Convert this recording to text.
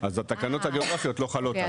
אז התקנות הגיאוגרפיים לא חלות שם.